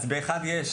אז באחד יש,